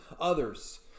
others